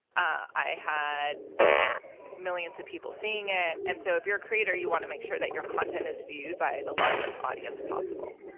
i had millions of people seeing it. and so if you're a creator, you wanna make sure that your content is viewed by the largest audience possible.